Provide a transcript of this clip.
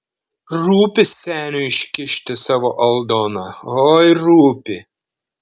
rūpi seniui iškišti savo aldoną oi rūpi